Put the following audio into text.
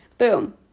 boom